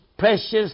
precious